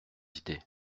idées